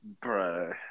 bro